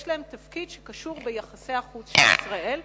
יש להם תפקיד שקשור ביחסי החוץ של ישראל.